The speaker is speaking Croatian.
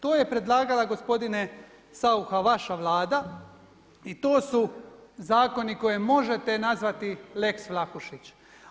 To je predlagala gospodine Saucha vaša Vlada i to su zakoni koje možete nazvati lex Vlahušić.